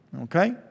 okay